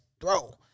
throw